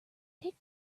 take